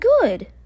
good